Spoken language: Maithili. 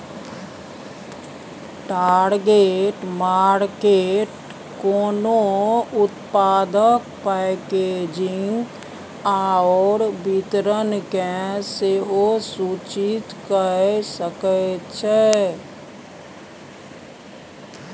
टारगेट मार्केट कोनो उत्पादक पैकेजिंग आओर वितरणकेँ सेहो सूचित कए सकैत छै